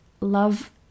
love